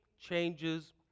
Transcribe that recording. changes